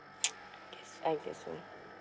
guess I guess so